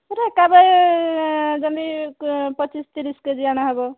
ଧର ଏକାବେଳେ ଯଦି ପଚିଶ ତିରିଶ କେ ଜି ଅଣାହେବ